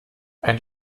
ein